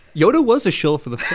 yoda was a shill for the